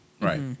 Right